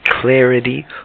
clarity